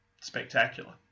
spectacular